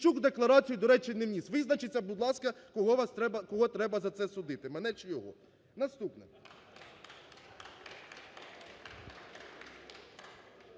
Мосійчук в декларації, до речі, не вніс. Визначіться, будь ласка, кого треба за це судити: мене чи його. Наступне.